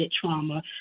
trauma